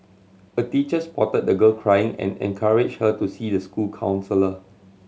a teacher spotted the girl crying and encouraged her to see the school counsellor